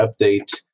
update